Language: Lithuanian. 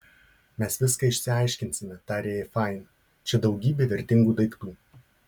mes viską išsiaiškinsime tarė jai fain čia daugybė vertingų daiktų